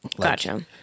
Gotcha